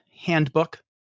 Handbook